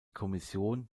kommission